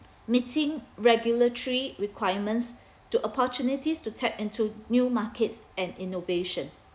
meeting regulatory requirements to opportunities to tap into new markets and innovation